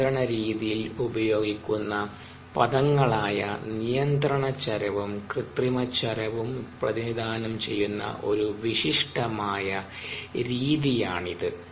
നിയന്ത്രണ രീതിയിൽ ഉപയോഗിക്കുന്ന പദങ്ങളായ നിയന്ത്രണ ചരവും കൃത്രിമചരവും പ്രതിനിധാനം ചെയ്യുന്ന ഒരു വിശിഷ്ടമായ രീതിയാണിത്